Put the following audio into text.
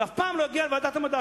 זה אף פעם לא יגיע לוועדת המדע,